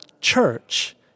church